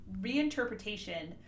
reinterpretation